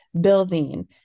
building